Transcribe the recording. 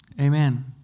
Amen